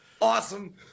awesome